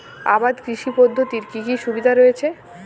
আবাদ কৃষি পদ্ধতির কি কি সুবিধা রয়েছে?